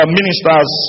ministers